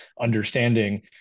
understanding